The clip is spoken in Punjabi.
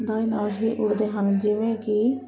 ਦਾਇਨਾਦ ਵੀ ਉੱਡਦੇ ਹਨ ਜਿਵੇਂ ਕਿ